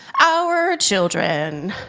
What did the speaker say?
our children,